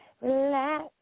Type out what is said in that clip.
relax